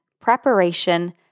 preparation